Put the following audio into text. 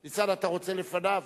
ניצן, אתה רוצה לפניו?